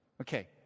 Okay